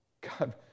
God